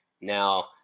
Now